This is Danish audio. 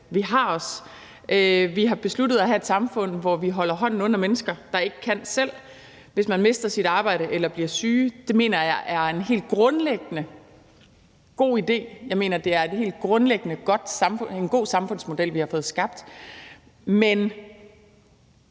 Vi har besluttet at have et samfund, hvor vi holder hånden under mennesker, der ikke kan selv, f.eks. hvis man mister sit arbejde eller bliver syg. Det mener jeg er en helt grundlæggende god idé. Jeg mener, at det er en helt grundlæggende god samfundsmodel, vi har fået skabt. Men